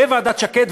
בוועדת שקד,